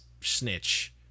snitch